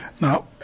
Now